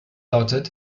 lautet